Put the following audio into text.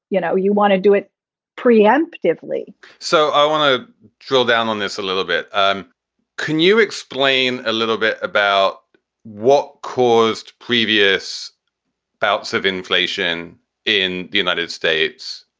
you know, you want to do it preemptively so i want to drill down on this a little bit. um can you explain a little bit about what caused previous bouts of inflation in the united states?